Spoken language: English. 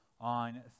on